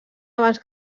abans